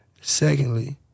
Secondly